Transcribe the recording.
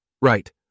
Right